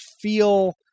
feel